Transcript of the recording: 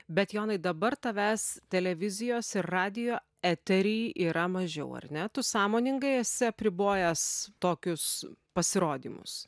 bet jonai dabar tavęs televizijos ir radijo etery yra mažiau ar ne tu sąmoningai esi apribojęs tokius pasirodymus